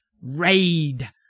raid